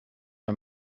are